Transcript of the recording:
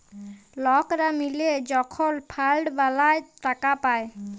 লকরা মিলে যখল ফাল্ড বালাঁয় টাকা পায়